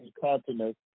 continents